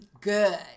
Good